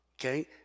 okay